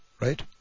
right